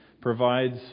provides